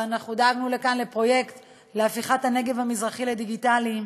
דאגנו כאן לפרויקט להפיכת הנגב המזרחי לדיגיטלי,